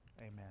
Amen